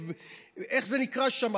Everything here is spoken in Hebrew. ואיך זה נקרא שם?